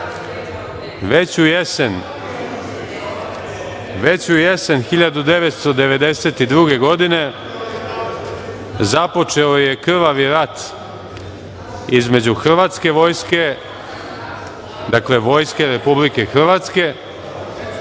Već u jesen 1992. godine započeo je krvavi rat između hrvatske vojske, dakle, vojske Republike Hrvatske